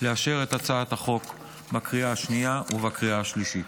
לאשר את הצעת החוק בקריאה השנייה ובקריאה השלישית,